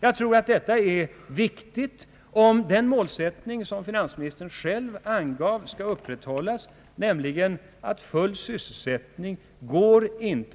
Jag tror att detta är viktigt om den målsättning som finansministern själv angav skall upprätthållas. Han sade nämligen att full sysselsättning inte går